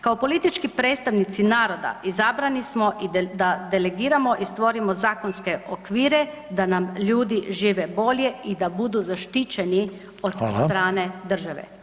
Kao politički predstavnici naroda izabrani smo da delegiramo i stvorimo zakonske okvire da nam ljudi žive bolje i da budu zaštićeni [[Upadica: Hvala.]] od strane države.